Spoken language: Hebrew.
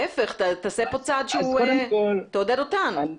להפך, תעודד אותן.